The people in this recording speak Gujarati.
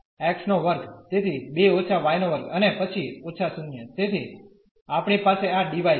તેથી 2 − y2 અને પછી ઓછા 0 તેથી આપણી પાસે આ dy છે